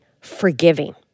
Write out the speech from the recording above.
forgiving